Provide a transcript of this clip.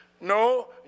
No